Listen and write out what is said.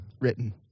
written